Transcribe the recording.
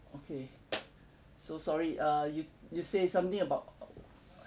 okay so sorry err you you say something about